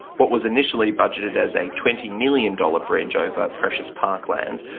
what was initially budgeted as a twenty million dollars bridge over precious parklands,